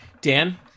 Dan